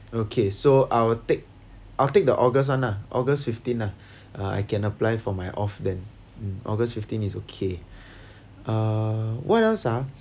okay so I will take I'll take the august one ah august fifteen ah I can apply for my off then mm august fifteen is okay uh what else ah